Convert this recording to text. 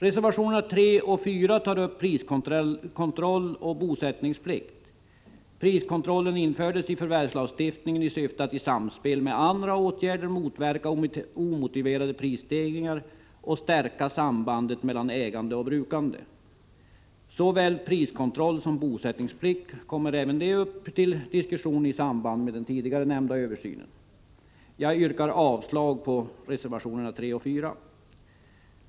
Reservationerna 3 och 4 tar upp priskontroll och bosättningsplikt. Priskontrollen infördes i förvärvslagstiftningen i syfte att i samspel med andra åtgärder motverka omotiverade prisstegringar och stärka sambandet mellan ägande och brukande. Såväl priskontroll som bosättningsplikt kommer upp till diskussion i samband med den tidigare nämnda översynen. Jag yrkar avslag på reservationerna 3 och 4.